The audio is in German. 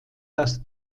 dass